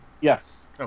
Yes